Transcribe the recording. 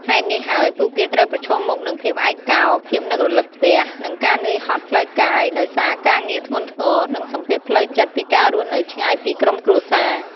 ហេតុនេះហើយ ពួកគេត្រូវប្រឈមមុខនឹងភាពឯកកោ ភាពនឹករលឹកផ្ទះ និងការនឿយហត់ផ្លូវកាយដោយសារការងារធ្ងន់ធ្ងរ និងសម្ពាធផ្លូវចិត្តពីការរស់នៅឆ្ងាយពីក្រុមគ្រួសារ។